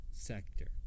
sector